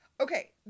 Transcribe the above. Okay